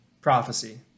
prophecy